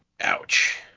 Ouch